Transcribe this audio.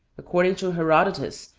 according to herodotus,